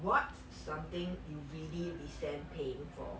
what's something you really resent paying for